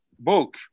book